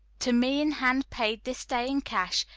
to me in hand paid this day in cash,